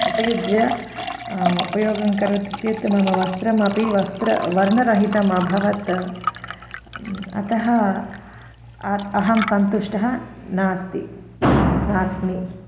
उपयुज्य उपयोगं करोति चेत् मम वस्त्रमपि वस्त्रं वर्णरहितमभवत् अतः अहम् अहं सन्तुष्टा नास्मि नास्मि